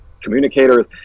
communicators